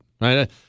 right